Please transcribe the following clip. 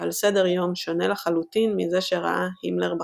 בעל סדר יום שונה לחלוטין מזה שראה הימלר בחזונו.